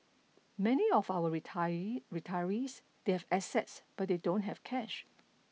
many of our retirees they have assets but they don't have cash